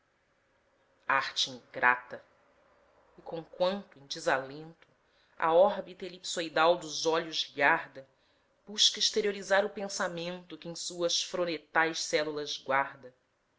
arte ingrata e conquanto em desalento a órbita elipsoidal dos olhos lhe arda busca exteriorizar o pensamento que em suas fronetais células guarda